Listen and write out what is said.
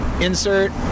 insert